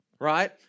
right